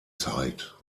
zeit